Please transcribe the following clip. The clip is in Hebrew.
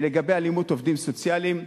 לגבי אלימות כלפי עובדים סוציאליים,